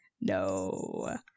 No